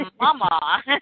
mama